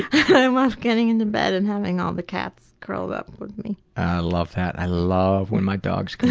i love getting into bed and having all the cats curled up with me. i love that. i love when my dogs come